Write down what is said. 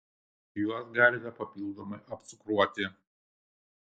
juos galite papildomai apcukruoti